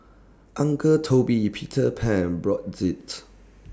Uncle Toby's Peter Pan Brotzeit's